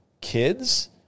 kids